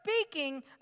speaking